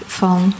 van